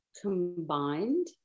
combined